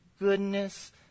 goodness